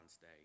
Day